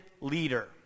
leader